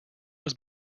was